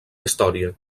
història